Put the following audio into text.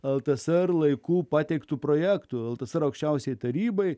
ltsr laikų pateiktu projektu ltsr aukščiausiajai tarybai